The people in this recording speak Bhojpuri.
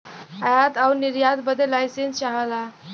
आयात आउर निर्यात बदे लाइसेंस चाहला